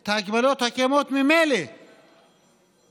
את ההגבלות הקיימות ממילא במעצרים,